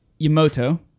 Yamoto